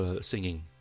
singing